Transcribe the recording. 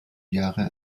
jahre